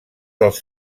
dels